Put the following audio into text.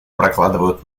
прокладывают